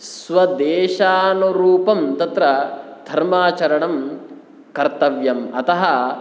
स्वदेशानुरूपं तत्र धर्माचरणं कर्तव्यम् अतः